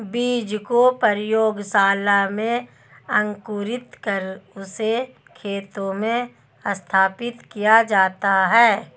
बीज को प्रयोगशाला में अंकुरित कर उससे खेतों में स्थापित किया जाता है